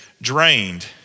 drained